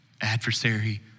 adversary